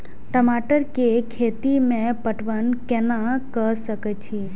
टमाटर कै खैती में पटवन कैना क सके छी?